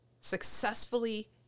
successfully